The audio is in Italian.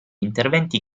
interventi